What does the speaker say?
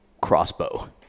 crossbow